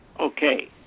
okay